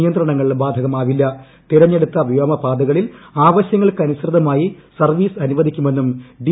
നിയന്ത്രണങ്ങൾ തെരഞ്ഞെടുത്ത വ്യോമപാതകളിൽ ആവശ്യങ്ങൾക്ക് അനുസൃതമായി സർവ്വീസ് അനുവദിക്കുമെന്നും ഡി